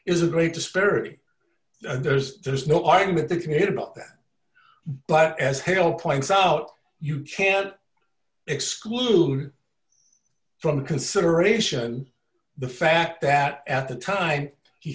is a great disparity and there's there's no argument there can hear about that but as hale points out you can't exclude from consideration the fact that at the time